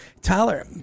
Tyler